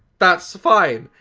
that's fine.